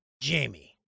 Jamie